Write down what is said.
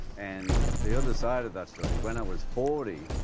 and the other side of that story is when i was forty,